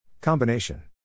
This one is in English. Combination